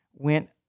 Went